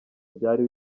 byari